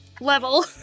level